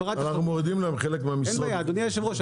אין בעיה אדוני היושב ראש,